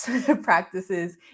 practices